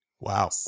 Wow